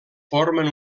formen